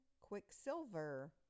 Quicksilver